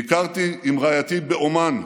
ביקרתי עם רעייתי בעומאן,